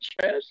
trash